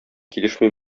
килешми